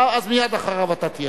אז מייד אחריו אתה תהיה.